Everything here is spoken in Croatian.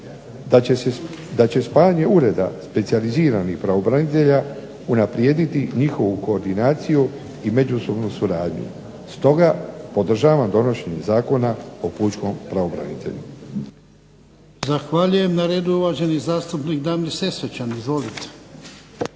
da će spajanje ureda specijaliziranih pravobranitelja unaprijediti njihovu koordinaciju i međusobnu suradnju, stoga podržavam donošenje Zakona o pučkom pravobranitelju.